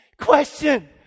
Question